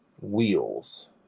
wheels